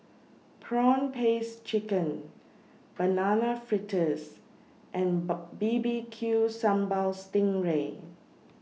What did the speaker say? Prawn Paste Chicken Banana Fritters and B B Q Sambal Sting Ray